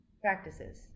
practices